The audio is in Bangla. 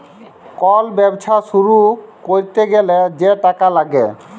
কল ব্যবছা শুরু ক্যইরতে গ্যালে যে টাকা ল্যাগে